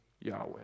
Yahweh